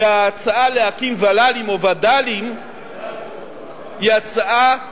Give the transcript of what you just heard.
וההצעה להקים ול"לים או וד"לים היא הצעה מצוינת,